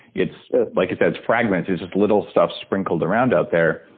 it's like you said, its fragments it's just little stuff sprinkled around out there,